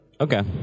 Okay